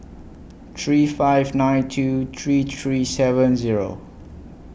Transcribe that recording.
three five nine two three three seven Zero